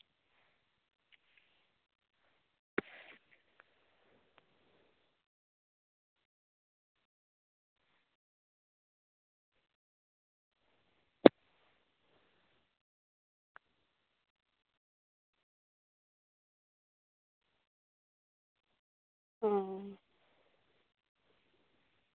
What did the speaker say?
ᱚ